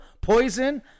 poison